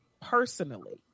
personally